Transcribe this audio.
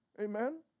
Amen